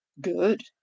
good